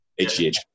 HGH